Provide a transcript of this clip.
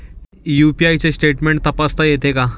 UPI चे statement तपासता येते का?